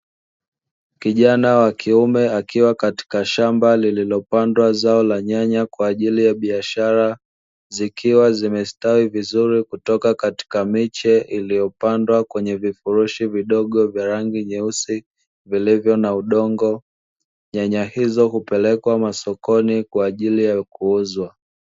Kijana wa kiume akiwa katika shamba lililopandwa zao la nyanya kwa ajili ya biashara, zikiwa zimestawi vizuri kutoka katika miche iliyopandwa kwenye vifurishi vidogo vya rangi nyeusi, vilivyo na udongo. Nyanya hizo kupelekwa masokoni kwa ajili ya kuuzwa.